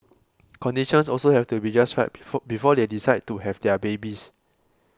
conditions also have to be just right before before they decide to have their babies